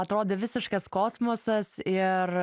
atrodė visiškas kosmosas ir